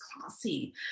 classy